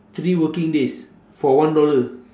three working days for one dollar